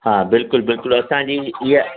हा बिल्कुलु बिल्कुलु असांजी ईअं